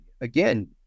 again